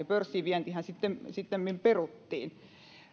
pörssiin vientihän sittemmin peruttiin